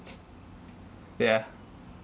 t~ yeah